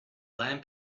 lamp